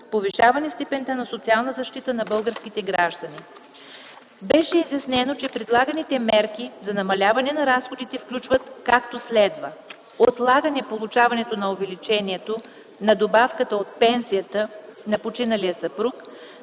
повишаване степента на социална защита на българските граждани. Беше изяснено, че предлаганите мерки за намаляване на разходите включват, както следва: - отлагане получаването на увеличението на добавката от пенсията на починалия съпруг,